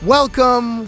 Welcome